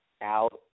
out